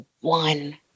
one